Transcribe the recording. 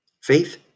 Faith